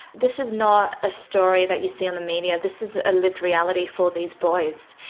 this is not a story that you see on the media, this is lived reality for these boys.